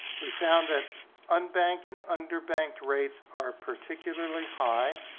we found that unbanked and underbanked rates are particularly high